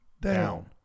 down